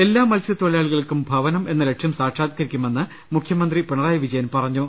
എല്ലാ മത്സ്യത്തൊഴിലാളികൾക്കും ഭവനം എന്ന ലക്ഷ്യം സാക്ഷാത്ക രിക്കുമെന്ന് മുഖ്യമന്ത്രി പിണറായി വിജയൻ പറഞ്ഞു